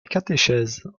catéchèse